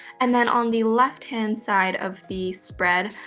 and then on the left hand side of the spread,